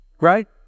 Right